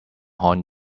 haunt